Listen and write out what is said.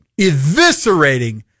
eviscerating